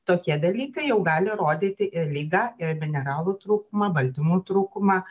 tokie dalykai jau gali rodyti ir ligą ir mineralų trūkumą baltymų trūkumą